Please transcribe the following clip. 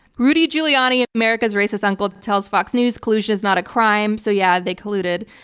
rudy giuliani, america's racist uncle tells fox news, collusion's not a crime, so yeah, they colluded.